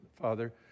Father